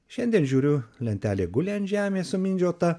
šiandien žiūriu lentelė guli ant žemės sumindžiota